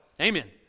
Amen